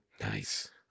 Nice